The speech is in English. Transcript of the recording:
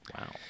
Wow